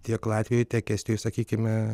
tiek latvijoj tiek estijoj sakykime